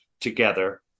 together